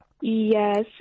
Yes